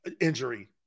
injury